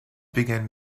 began